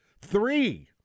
Three